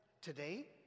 today